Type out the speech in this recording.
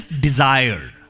desire